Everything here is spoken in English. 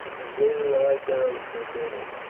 and there lie down until morning,